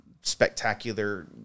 spectacular